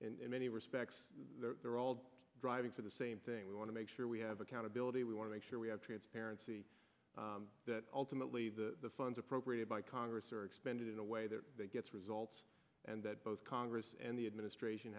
in many respects they're all driving for the same thing we want to make sure we have accountability we want to make sure we have transparency that ultimately the funds appropriated by congress are expended in a way that gets results and that both congress and the administration